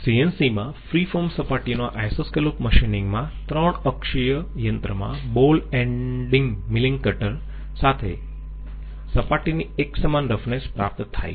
CNC માં free form સપાટીઓના isoscallop machining માં 3 અક્ષીય યંત્રમાં બોલ એંડિંગ મિલિંગ કટર સાથે સપાટીની એકસમાન રફનેસ પ્રાપ્ત થાય છે